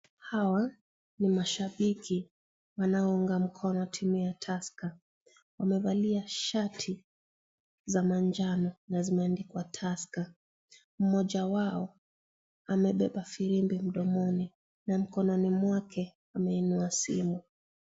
Hawa ni mashabiki wanaounga mkono timu ya Tusker. Wamevalia shati za manjano na zimeandikwa Tusker. Mmoja wao, amebeba filimbi mdomoni na mkononi mwake ameinua simu.